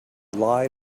lie